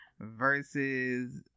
versus